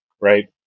Right